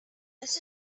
this